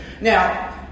Now